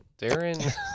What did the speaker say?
Darren